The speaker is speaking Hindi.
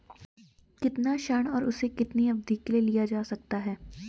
कितना ऋण और उसे कितनी अवधि के लिए लिया जा सकता है?